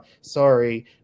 sorry